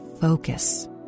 focus